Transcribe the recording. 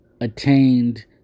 attained